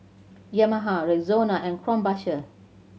Yamaha Rexona and Krombacher